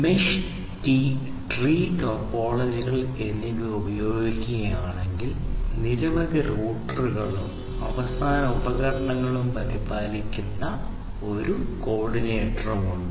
mesh tree ടോപ്പോളജികൾ എന്നിവ ഉപയോഗിക്കുകയാണെങ്കിൽ നിരവധി റൂട്ടറുകളും അവസാന ഉപകരണങ്ങളും പരിപാലിക്കുന്ന ഒരു കോർഡിനേറ്റർ ഉണ്ട്